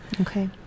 Okay